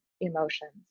emotions